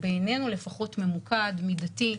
שבעינינו לפחות הוא מאוד מאוד ממוקד, מידתי,